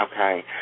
okay